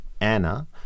Anna